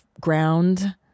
ground